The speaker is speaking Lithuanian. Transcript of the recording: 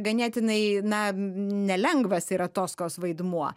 ganėtinai na nelengvas yra toskos vaidmuo